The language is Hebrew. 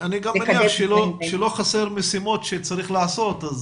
אני מניח שלא חסרות משימות שצריך לעשות.